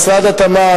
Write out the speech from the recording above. משרד התמ"ת,